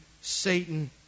Satan